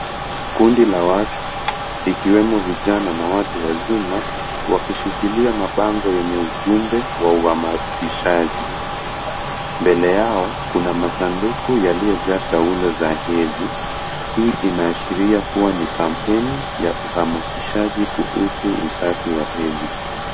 Kundi la watu, likiwemo vijana na watu wazima, wakishikilia mabango yenye ujumbe wa uhamasishaji. Mbele yao kuna masanduku yaliyojaa taulo za hedhi. Hii inaashiria kuwa ni kampeni ya kuhamasishaji kuhusu usafi wa hedhi.